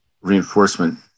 reinforcement